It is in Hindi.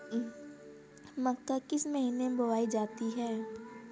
मक्का किस महीने में बोई जाती है?